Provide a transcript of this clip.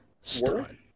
Stun